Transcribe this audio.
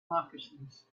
moccasins